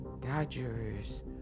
Dodgers